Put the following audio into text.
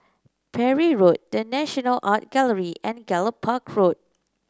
Parry Road The National Art Gallery and Gallop Park Road